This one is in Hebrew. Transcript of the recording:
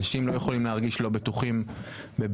אנשים לא יכולים להרגיש לא בטוחים בביתם.